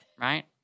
right